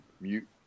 Mute